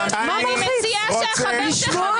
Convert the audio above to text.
חברי הכנסת.